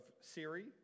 Siri